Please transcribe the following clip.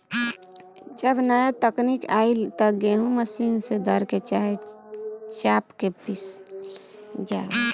जब नाया तकनीक आईल त गेहूँ मशीन से दर के, चाहे चाप के पिसल जाव